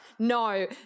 No